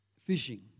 fishing